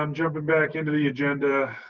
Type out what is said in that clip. um jumping back into the agenda.